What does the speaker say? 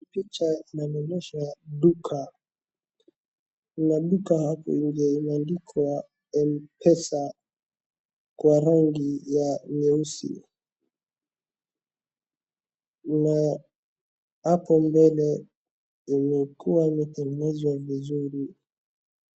Hii picha inanionesha duka. Kwenye duka hapo nje imeandikwa M-Pesa kwa rangi ya nyeusi. Na hapo mbele imekuwa imetengenezwa vizuri.